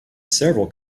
several